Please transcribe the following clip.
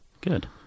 Good